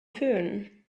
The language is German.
fön